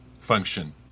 function